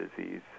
disease